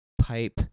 pipe